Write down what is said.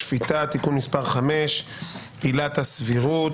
השפיטה (תיקון מס' 5) (עילת הסבירות).